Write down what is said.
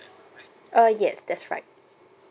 uh yes that's right